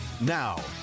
Now